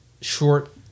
short